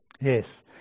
Yes